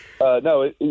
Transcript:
no